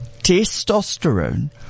Testosterone